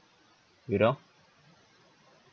you know